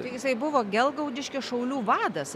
tai jisai buvo gelgaudiškio šaulių vadas